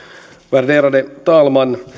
värderade talman